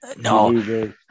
No